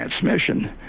transmission